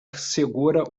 segura